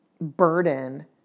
burden